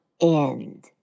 end